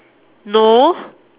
no